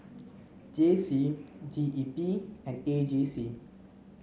J C G E P and A J C